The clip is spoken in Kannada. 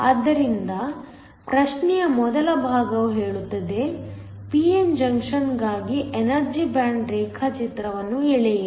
ಆದ್ದರಿಂದ ಪ್ರಶ್ನೆಯ ಮೊದಲ ಭಾಗವು ಹೇಳುತ್ತದೆ p n ಜಂಕ್ಷನ್ಗಾಗಿ ಎನರ್ಜಿ ಬ್ಯಾಂಡ್ ರೇಖಾಚಿತ್ರವನ್ನು ಎಳೆಯಿರಿ